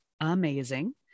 amazing